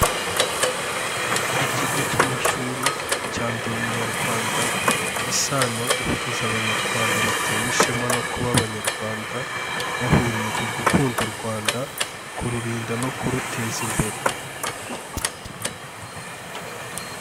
Ikigo cy'amashuri cya Ndi umunyarwanda, isano ihuza abanyarwanda batewe ishema no kuba abanyarwanda, bahuriye ku gukunda u Rwanda, kururinda no kuruteza imbere.